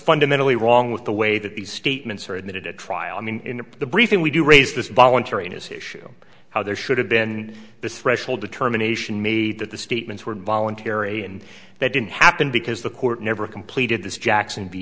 fundamentally wrong with the way that these statements are admitted at trial i mean in the briefing we do raise this voluntariness issue how there should have been this threshold determination made that the statements were voluntary and that didn't happen because the court never completed this jackson be